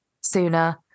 sooner